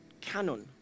canon